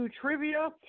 Trivia